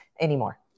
anymore